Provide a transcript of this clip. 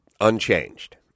unchanged